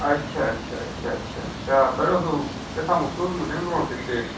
اَچھا اَچھا اَچھا اَچھا اَچھا تۄہہِ اوسوٕ کیٛاہتام سوٗزمُت اَمہِ برٛونٛٹھ تہِ شیٚش